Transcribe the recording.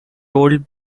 told